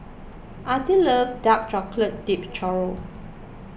Artie loves Dark Chocolate Dipped Churro